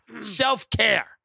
Self-care